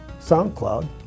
SoundCloud